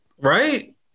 Right